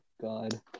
god